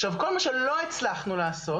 עכשיו כל מה שלא הצלחנו לעשות,